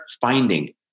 finding